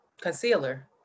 concealer